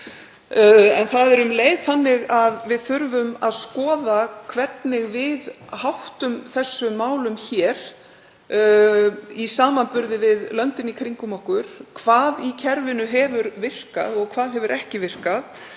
En það er um leið þannig að við þurfum að skoða hvernig við háttum þessum málum hér í samanburði við löndin í kringum okkur, hvað í kerfinu hefur virkað og hvað hefur ekki virkað.